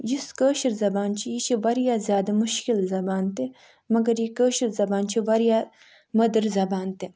یُس کٲشِر زبان چھِ یہِ چھِ واریاہ زیادٕ مُشکِل زبان تہِ مگر یہِ کٲشِر زبان چھِ واریاہ مٔدٕر زبان تہِ